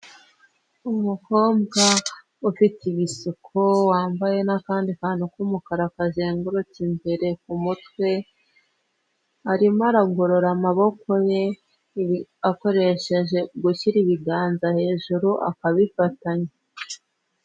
Umukobwa ufite ibisuko wambaye n'akandi kantu k'umukara kazengurutse, imbere ku mutwe arimo aragorora amaboko ye akoresheje gushyira ibiganza hejuru akabifatanya.